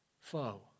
foe